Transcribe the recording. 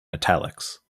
italics